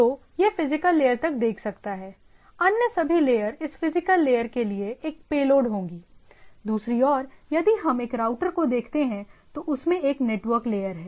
तो यह physical layer तक देख सकता है अन्य सभी लेयर इस फिजिकल लेयर के लिए एक पेलोड होंगी दूसरी ओर यदि हम एक राउटर को देखते हैं तो उसमें एक नेटवर्क लेयर है